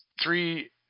three